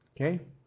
Okay